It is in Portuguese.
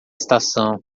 estação